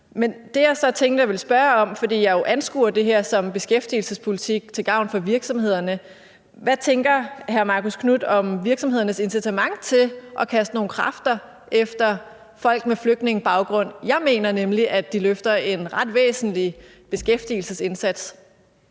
Men det, jeg så tænkte, jeg ville spørge om, fordi jeg jo anskuer det her som beskæftigelsespolitik til gavn for virksomhederne, er: Hvad tænker hr. Marcus Knuth om virksomhedernes incitament til at kaste nogle kræfter efter folk med flygtningebaggrund? Jeg mener nemlig, at de løfter en ret væsentlig beskæftigelsesindsats.